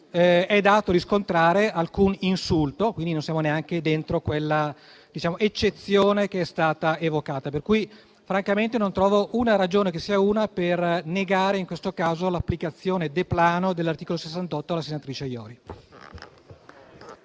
dato riscontrare alcun insulto, quindi non siamo dentro quell'eccezione che è stata evocata, per cui francamente non trovo una ragione che sia una per negare in questo caso l'applicazione *de plano* dell'articolo 68 alle dichiarazioni